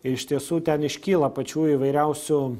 iš tiesų ten iškyla pačių įvairiausių